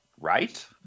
right